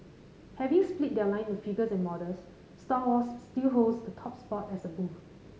having split their line into figures and models Star Wars still holds the top spot as a booth